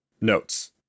Notes